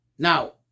Now